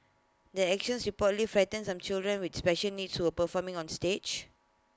their actions reportedly frightened some children with special needs who were performing on stage